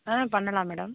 ஆ பண்ணலாம் மேடம்